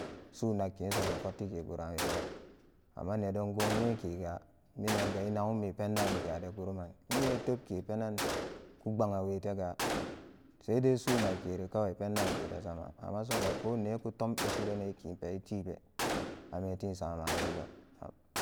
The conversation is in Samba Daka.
Sunakkesoga fottike gura weso amma nedon gonyekega minanga enagunme pendaniga adeguruman innye etepkepenan ku pbagawetega saidai su nakkeri kawai penden akete sama amma soga kone kutomke ishi rane kinpe etipe ametin samaweso